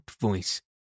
voice